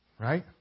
Right